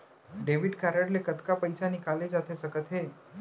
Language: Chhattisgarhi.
डेबिट कारड ले कतका पइसा निकाले जाथे सकत हे?